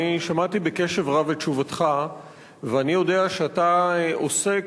שמעתי בקשב רב את תשובתך ואני יודע שאתה עוסק